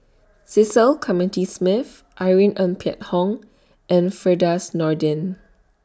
Cecil Clementi Smith Irene Ng Phek Hoong and Firdaus Nordin